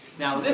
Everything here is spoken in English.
now, this